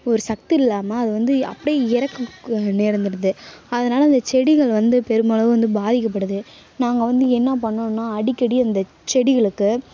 ஒரு சத்து இல்லாமல் அது வந்து அப்படியே இறக்கக் நேர்ந்துடுது அதனால அந்த செடிகள் வந்து பெரும் அளவு வந்து பாதிக்கப்படுது நாங்கள் வந்து என்ன பண்ணோன்னா அடிக்கடி அந்த செடிகளுக்கு